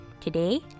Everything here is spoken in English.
today